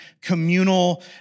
communal